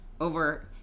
over